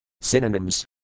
Synonyms